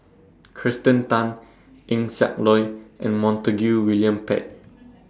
Kirsten Tan Eng Siak Loy and Montague William Pett